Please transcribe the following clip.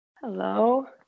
Hello